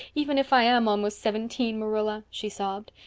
even if i am almost seventeen, marilla, she sobbed.